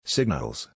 Signals